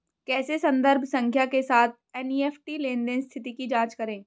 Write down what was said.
कैसे संदर्भ संख्या के साथ एन.ई.एफ.टी लेनदेन स्थिति की जांच करें?